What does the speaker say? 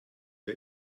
der